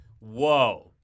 Whoa